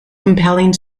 compelling